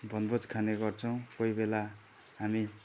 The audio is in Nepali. बनभोज खाने गर्छौँ कोही बेला हामी